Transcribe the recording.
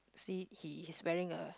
see he is wearing a